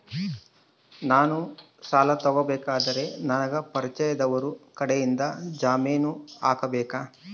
ನಾನು ಸಾಲ ತಗೋಬೇಕಾದರೆ ನನಗ ಪರಿಚಯದವರ ಕಡೆಯಿಂದ ಜಾಮೇನು ಹಾಕಿಸಬೇಕಾ?